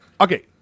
okay